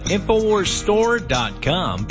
Infowarsstore.com